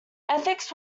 ethics